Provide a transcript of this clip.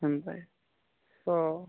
ହେନ୍ତା କି ହଁ